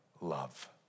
love